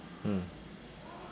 mm